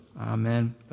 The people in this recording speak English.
Amen